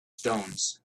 stones